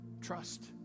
trust